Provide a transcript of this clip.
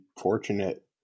fortunate